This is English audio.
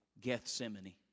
Gethsemane